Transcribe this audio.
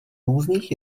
různých